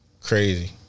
crazy